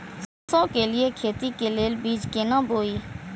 सरसों के लिए खेती के लेल बीज केना बोई?